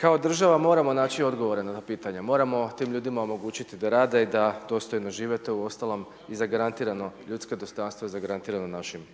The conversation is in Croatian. Kao država moramo naći odgovore na pitanja, moramo tim ljudima omogućiti da rade i da dostojno žive, to je uostalom i zagarantirano, ljudsko dostojanstvo je zagarantirano našim